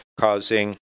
causing